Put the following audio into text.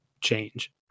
change